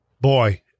Boy